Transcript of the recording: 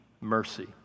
mercy